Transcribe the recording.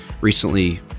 recently